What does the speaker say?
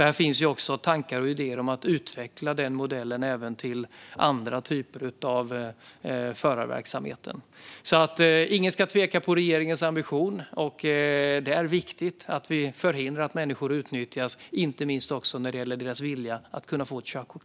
Här finns också tankar och idéer om att utveckla modellen även till andra typer av förarverksamhet. Ingen ska tvivla på regeringens ambition. Det är viktigt att vi förhindrar att människor utnyttjas, inte minst när det gäller deras vilja att ta körkort.